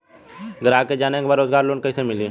ग्राहक के जाने के बा रोजगार लोन कईसे मिली?